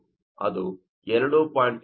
ಅದು 2